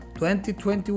2021